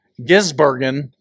Gisbergen